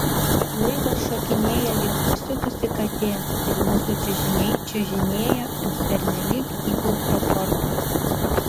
laivas šokinėja lyg pasiutusi katė ir mūsų čiužiniai čiužinėja ant pernelyg įgaubto korpuso